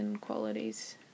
qualities